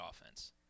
offense